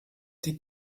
die